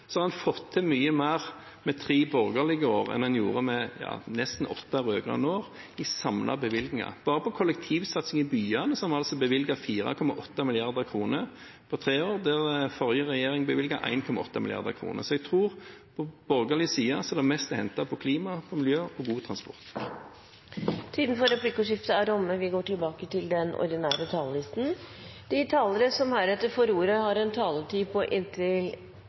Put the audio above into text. har en i samlede bevilgninger fått til mye mer med tre borgerlige år enn en gjorde med nesten åtte rød-grønne år. Bare i kollektivsatsing i byene har en bevilget 4,8 mrd. kr på tre år – den forrige regjeringen bevilget 1,8 mrd. kr. Jeg tror at det er på borgerlig side det er mest å hente på klima, på miljø og på god transport. Replikkordskiftet er omme. De talere som heretter får ordet, har en taletid på inntil